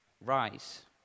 rise